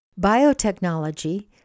Biotechnology